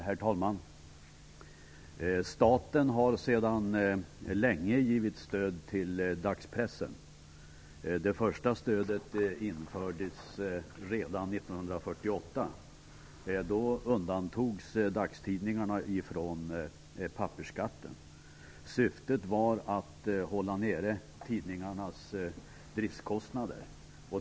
Herr talman! Staten har sedan länge givit stöd till dagspressen. Det första stödet infördes redan 1948. Syftet var att hålla nere tidningarnas driftskostnader.